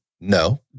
No